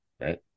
Right